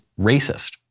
racist